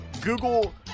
Google